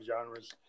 genres